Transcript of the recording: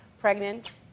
pregnant